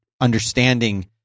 understanding